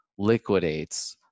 liquidates